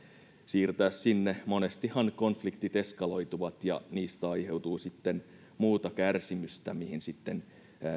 siirtää sinne monestihan konfliktit eskaloituvat ja niistä aiheutuu sitten muuta kärsimystä mihin